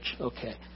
Okay